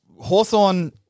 Hawthorne